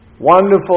Wonderful